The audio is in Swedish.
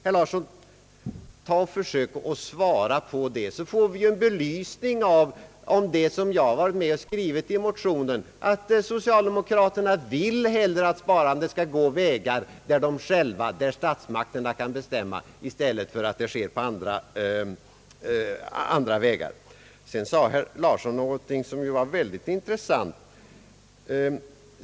Försök svara på det, herr Larsson, så får vi en belysning av det jag varit med om att skriva i motionen, att socialdemokraterna helst vill att sparandet skall gå sådana vägar att statsmakterna kan bestämma, i stället för andra vägar. Vidare sade herr Larsson någonting som var väldigt intressant.